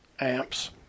amps